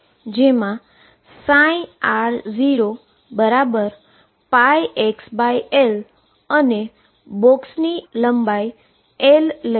જેમા r0πxL અને બોક્સની લેન્થ L લઈએ